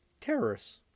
Terrorists